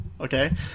Okay